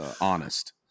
honest